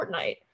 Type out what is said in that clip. Fortnite